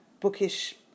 bookish